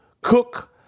cook